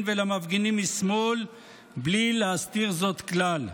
ולמפגינים משמאל בלי להסתיר זאת כלל,